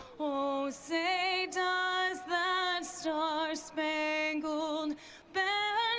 o say, does that star spangled banner